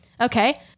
Okay